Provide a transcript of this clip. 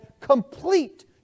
complete